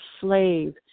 slave